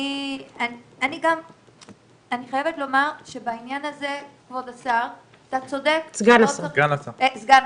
אני חייבת לומר שבעניין הזה, כבוד סגן השר,